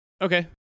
Okay